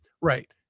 Right